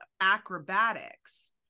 acrobatics